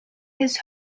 his